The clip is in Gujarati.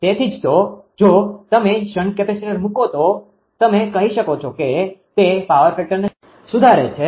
તેથી જ જો તમે શન્ટ કેપેસિટર મૂકો તો તમે કહી શકો કે તે પાવર ફેક્ટરને સુધારે છે